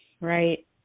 Right